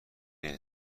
این